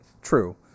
True